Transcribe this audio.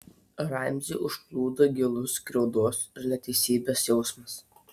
ramzį užplūdo gilus skriaudos ir neteisybės jausmas